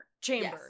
Chamber